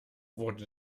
wurde